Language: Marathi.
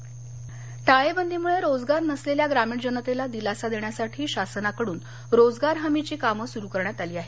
गडचिरोली टाळेबंदीमुळे रोजगार नसलेल्या ग्रामीण जनतेला दिलासा देण्यासाठी शासनाकड्रन रोजगार हमीची कामे सुरु करण्यात आली आहेत